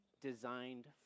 designed